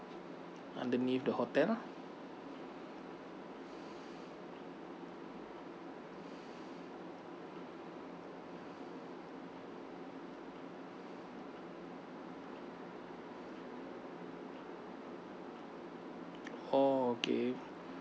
underneath the hotel oh okay